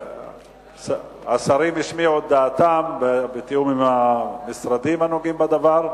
השרים השמיעו דעתם בתיאום עם המשרדים הנוגעים בדבר,